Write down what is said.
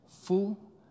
full